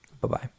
Bye-bye